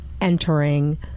entering